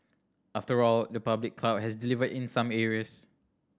after all the public cloud has delivered in some areas